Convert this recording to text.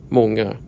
många